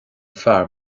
fear